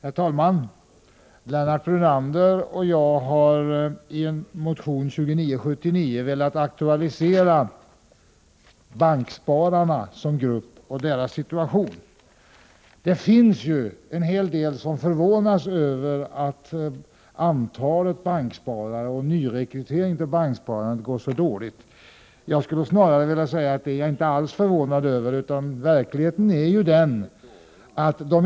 Herr talman! Lennart Brunander och jag har i motion 2979 aktualiserat bankspararna som grupp och deras situation. Det finns många som förvånas över att antalet banksparare är så litet och att nyrekryteringen till banksparandet går så dåligt. Jag skulle snarare vilja säga att jag inte alls är förvånad över detta.